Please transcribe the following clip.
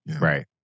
Right